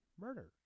murder